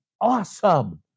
Awesome